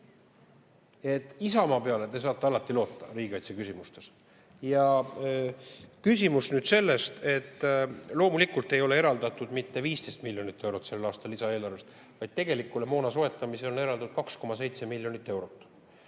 et Isamaa peale te saate alati loota riigikaitse küsimustes. Küsimus on selles, et loomulikult ei ole eraldatud mitte 15 miljonit eurot sellel aastal lisaeelarvest, vaid tegelikule moona soetamisele on eraldatud 2,7 miljonit eurot.